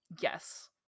Yes